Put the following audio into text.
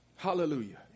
Hallelujah